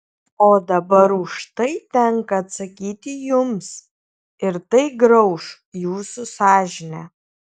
o dabar už tai tenka atsakyti jums ir tai grauš jūsų sąžinę